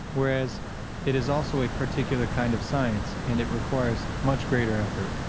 whereas it is also a particular kind of science, and it requires much greater effort,